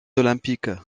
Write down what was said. olympiques